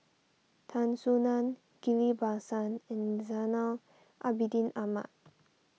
Tan Soo Nan Ghillie Basan and Zainal Abidin Ahmad